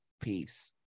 Peace